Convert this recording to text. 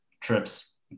trips